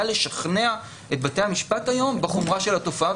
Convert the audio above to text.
לשכנע את בתי המשפט היום בחומרה של התופעה,